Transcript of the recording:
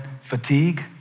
fatigue